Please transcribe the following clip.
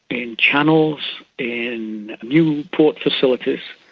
in channels, in new port facilities,